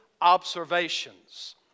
observations